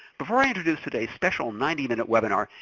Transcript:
before i introduce today's special ninety minute webinar,